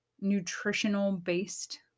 nutritional-based